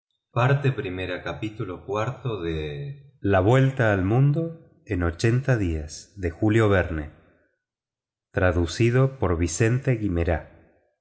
de viaje la vuelta al mundo en ochenta días